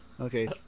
Okay